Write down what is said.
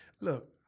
Look